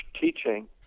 teaching